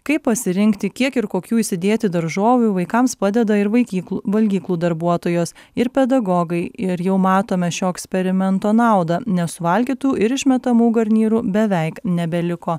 kaip pasirinkti kiek ir kokių įsidėti daržovių vaikams padeda ir vaikyklų valgyklų darbuotojos ir pedagogai ir jau matome šio eksperimento naudą nesuvalgytų ir išmetamų garnyrų beveik nebeliko